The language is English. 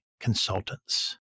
consultants